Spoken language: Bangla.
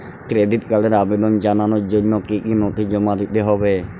ক্রেডিট কার্ডের আবেদন জানানোর জন্য কী কী নথি জমা দিতে হবে?